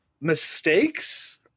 mistakes